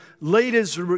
leaders